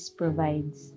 provides